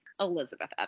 elizabeth